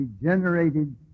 regenerated